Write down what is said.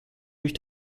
durch